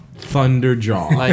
Thunderjaw